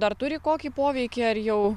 dar turi kokį poveikį ar jau